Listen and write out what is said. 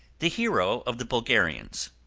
the hero of the bulgarians.